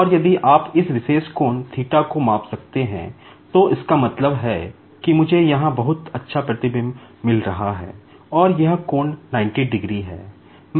और यदि आप इस विशेष कोणको माप सकते हैं तो इसका मतलब है कि मुझे यहाँ बहुत अच्छा प्रतिबिंब मिल रहा है और यह कोण 90 डिग्री है